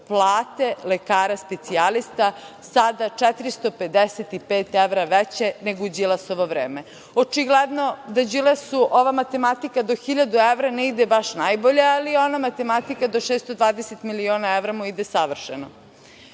plate lekara specijalista sada 455 evra veće nego u Đilasovo vreme. Očigledno da Đilasu ova matematika do 1000 evra ne ide baš najbolje, ali ona matematika do 620 miliona evra mu ide savršeno. Kada